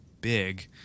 big